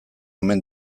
omen